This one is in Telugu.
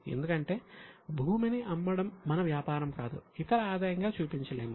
ఎందుకంటే భూమిని అమ్మడం మన వ్యాపారం కాదు ఇతర ఆదాయంగా చూపించలేము